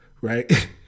Right